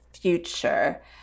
future